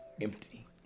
empty